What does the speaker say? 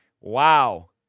Wow